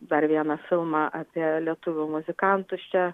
dar vieną filmą apie lietuvių muzikantus čia